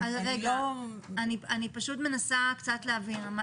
אני מנסה להבין קצת.